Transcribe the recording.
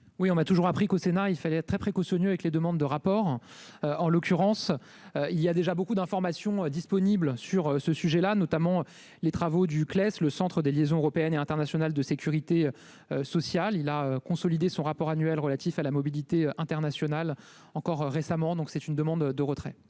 Oui, on m'a toujours appris qu'au Sénat, il fallait être très précoce ONU avec les demandes de rapport en l'occurrence il y a déjà beaucoup d'informations disponible sur ce sujet-là, notamment les travaux du le Centre des liaisons européennes et internationales de sécurité sociale, il a consolidé son rapport annuel relatif à la mobilité internationale, encore récemment, donc c'est une demande de retrait.